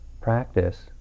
practice